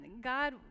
God